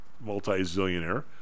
multi-zillionaire